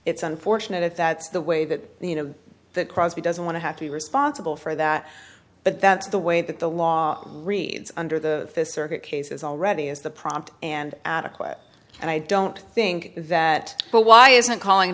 it's unfortunate if that's the way that you know that crosby doesn't want to have to be responsible for that but that's the way that the law reads under the fifth circuit cases already is the prompt and adequate and i don't think that well why isn't calling